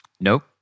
Nope